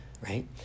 Right